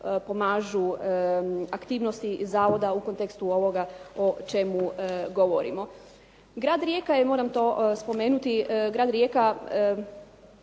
pomažu aktivnosti zavoda u kontekstu ovoga o čemu govorimo. Grad Rijeka je, moram to spomenuti, Grad Rijeka